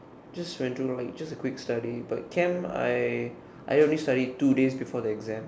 just went through all just a quick study but Chem I I only study two days before the exam